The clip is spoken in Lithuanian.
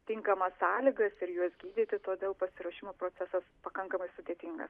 tinkamas sąlygas ir juos gydyti todėl pasiruošimo procesas pakankamai sudėtingas